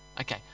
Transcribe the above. Okay